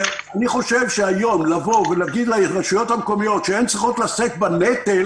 אני חושב שהיום להגיד לרשויות המקומיות שהן צריכות לשאת בנטל